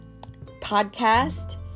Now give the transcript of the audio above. podcast